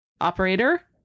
Operator